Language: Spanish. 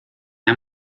han